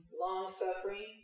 long-suffering